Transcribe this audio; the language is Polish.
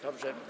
Dobrze.